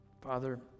Father